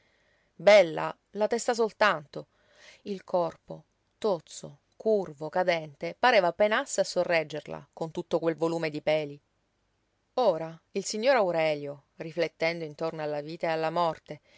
bella la testa soltanto il corpo tozzo curvo cadente pareva penasse a sorreggerla con tutto quel volume di peli ora il signor aurelio riflettendo intorno alla vita e alla morte